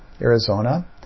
Arizona